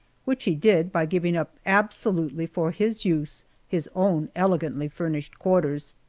which he did by giving up absolutely for his use his own elegantly furnished quarters.